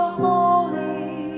holy